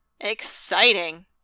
exciting